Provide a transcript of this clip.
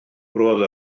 roedd